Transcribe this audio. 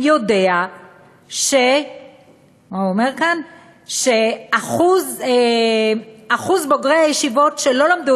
יודע ששיעור הכישלון בקרב בוגרי הישיבות שלא למדו